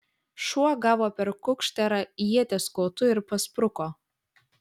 šuo gavo per kukšterą ieties kotu ir paspruko